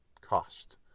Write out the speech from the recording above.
cost